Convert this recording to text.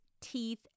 teeth